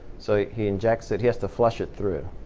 so he injects it. he has to flush it through.